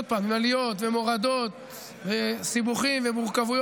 עוד פעם, עם עליות ומורדות וסיבוכים ומורכבויות,